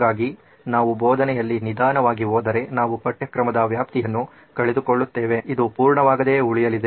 ಹಾಗಾಗಿ ನಾವು ಬೋಧನೆಯಲ್ಲಿ ನಿಧಾನವಾಗಿ ಹೋದರೆ ನಾವು ಪಠ್ಯಕ್ರಮದ ವ್ಯಾಪ್ತಿಯನ್ನು ಕಳೆದುಕೊಳ್ಳುತ್ತೇವೆ ಇದು ಪೂರ್ಣವಾಗದೆ ಉಳಿಯಲಿದೆ